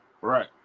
right